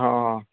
હા